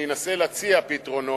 אני אנסה להציע פתרונות,